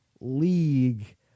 league